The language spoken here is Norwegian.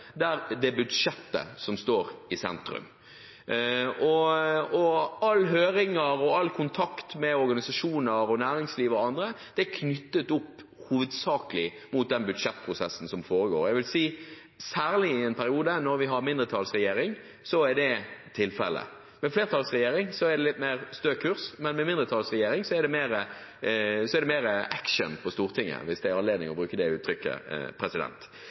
der budsjettet står i sentrum – det kjenner alle til som har sittet på Stortinget. Alle høringer og all kontakt med organisasjoner, næringsliv og andre er hovedsakelig knyttet opp mot den budsjettprosessen som foregår, særlig i en periode når vi har mindretallsregjering. Med flertallsregjering er det litt mer stø kurs, men med mindretallsregjering er det mer «action» på Stortinget – hvis det er anledning til å bruke det uttrykket.